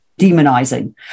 demonizing